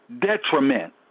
detriment